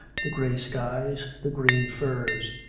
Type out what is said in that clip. the grey sky, the green furze,